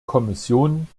kommission